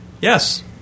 Yes